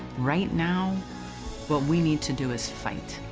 right now what we need to do is fight.